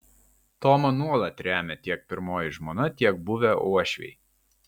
tomą nuolat remia tiek pirmoji žmona tiek buvę uošviai